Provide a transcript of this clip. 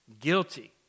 guilty